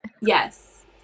Yes